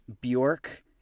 Bjork